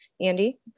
Andy